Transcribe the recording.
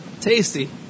Tasty